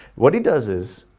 what he does is,